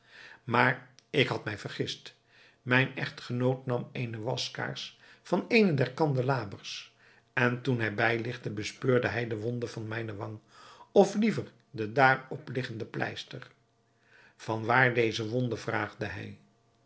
maar ik had mij vergist mijn echtgenoot nam eene waskaars van eene der candelabers en toen hij bijlichtte bespeurde hij de wonde aan mijne wang of liever de daarop liggende pleister van waar deze wonde vraagde hij